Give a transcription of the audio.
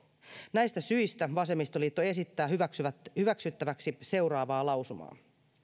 näistä syistä vasemmistoliitto esittää hyväksyttäväksi seuraavaa lausumaa